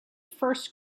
first